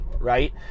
right